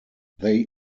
they